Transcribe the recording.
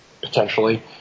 potentially